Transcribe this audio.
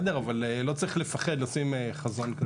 אבל לא צריך לפחד לשים חזון כזה.